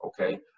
Okay